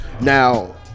Now